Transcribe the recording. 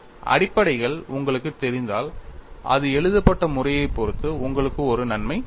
அடிப்படைகள் உங்களுக்குத் தெரிந்தால் அது எழுதப்பட்ட முறையைப் பொறுத்து உங்களுக்கு ஒரு நன்மை இருக்கும்